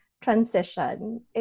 transition